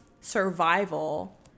survival